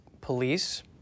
police